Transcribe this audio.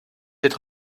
être